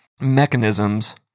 mechanisms